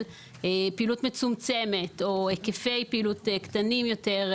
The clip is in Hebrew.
פעילות מצומצמת או בשל היקפי פעילות קטנים יותר,